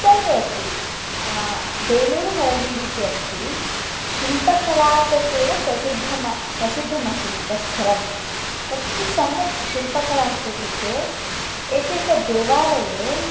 सर्वेपि बेलूरुहळेबीडु इति अस्ति शिल्पकलाप्रत्येव प्रसिद्धं प्रसिद्धमस्ति तत् स्थलं कति सम्यक् शिल्पकला अस्ति इत्युक्ते एकैकदेवालये